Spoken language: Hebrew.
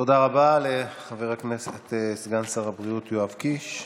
תודה רבה לחבר הכנסת סגן שר הבריאות יואב קיש.